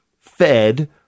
fed